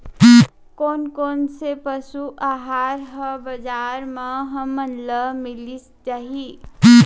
कोन कोन से पसु आहार ह बजार म हमन ल मिलिस जाही?